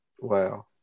Wow